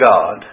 God